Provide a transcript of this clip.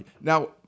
Now